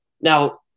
now